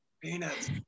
peanuts